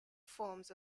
forms